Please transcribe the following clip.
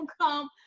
come